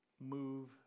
move